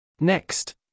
Next